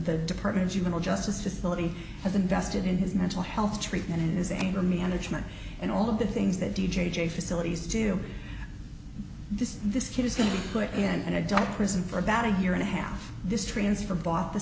the department of juvenile justice facility has invested in his mental health treatment his anger management and all of the things that d j facilities do this this kid is going to put in an adult prison for about a year and a half this transfer bought the